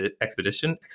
Expedition